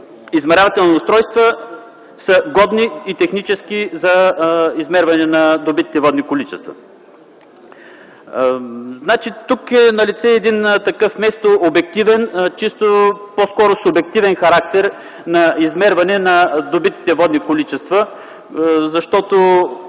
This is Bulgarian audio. измервателни устройства са технически годни за измерване на добитите водни количества. Тук е налице един вместо обективен, по-скоро чисто субективен характер на измерване на добитите водни количества, защото